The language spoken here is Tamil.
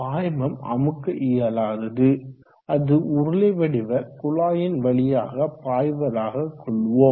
பாய்மம் அமுக்க இயலாதது அது உருளை வடிவ குழாயின் வழியாக பாய்வதாக கொள்வோம்